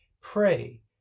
pray